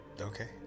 okay